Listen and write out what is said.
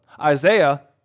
Isaiah